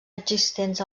existents